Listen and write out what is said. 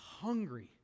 hungry